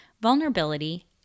vulnerability